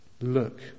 look